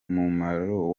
mumaro